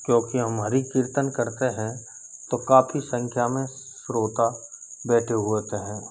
क्योंकि हम हरी कीर्तन करते हैं तो काफ़ी संख्या में स्रोता बैठे हुए होते हैं